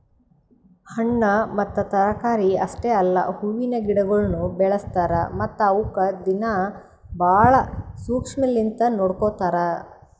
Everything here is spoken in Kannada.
ಹಣ್ಣ ಮತ್ತ ತರಕಾರಿ ಅಷ್ಟೆ ಅಲ್ಲಾ ಹೂವಿನ ಗಿಡಗೊಳನು ಬೆಳಸ್ತಾರ್ ಮತ್ತ ಅವುಕ್ ದಿನ್ನಾ ಭಾಳ ಶುಕ್ಷ್ಮಲಿಂತ್ ನೋಡ್ಕೋತಾರ್